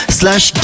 slash